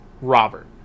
Robert